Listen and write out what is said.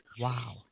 Wow